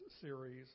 series